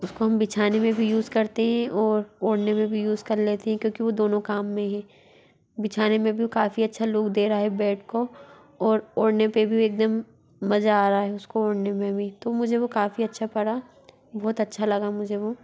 उसको हम बिछाने में भी यूज़ करते हैं और ओढ़ने में भी यूज़ कर लेते हैं क्योंकि वो दोनों काम में है बिछाने में भी काफ़ी अच्छा लुक दे रहा है बेड को और ओढ़ने पे भी एकदम मजा आ रहा है उसको ओढ़ने में भी तो मुझे वो काफ़ी अच्छा पड़ा बहुत अच्छा लगा मुझे वो